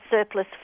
surplus